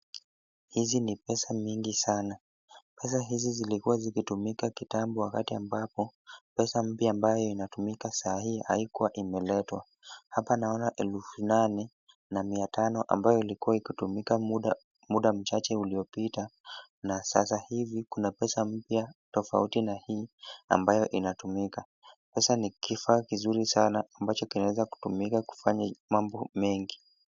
Hizi ni pesa mingi sana. Pesa hizi zilikuwa zikitumika kitambo wakati ambapo pesa mpya ambayo inatumika sahii haikuwa imeletwa. Hapa naona elfu nane na mia tano ambayo ilikuwa ikitumika muda mchache uliopita na sasa hivi kuna pesa mpya tofauti na hii ambayo inatumika. Pesa ni kifaa kizuri sana ambacho kinawezatumika kufanya mambo mengi.